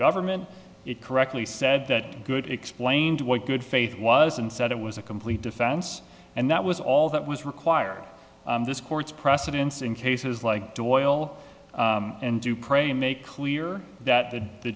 government it correctly said that good explained what good faith was and said it was a complete defense and that was all that was required this court's precedents in cases like doyle and do pray make clear that the the